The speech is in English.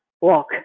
walk